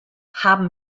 haben